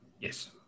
Yes